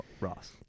Ross